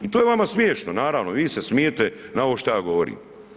I to je vama smiješno, naravno, vi se smijete na ovo što ja govorim.